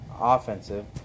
offensive